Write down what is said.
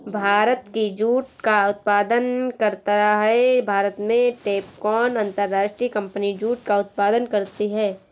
भारत भी जूट का उत्पादन करता है भारत में टैपकॉन अंतरराष्ट्रीय कंपनी जूट का उत्पादन करती है